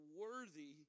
worthy